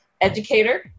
educator